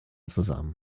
zusammen